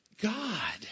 God